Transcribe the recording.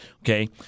Okay